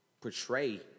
portray